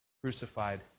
crucified